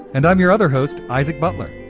and i'm your other host. isaac butler.